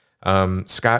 Scott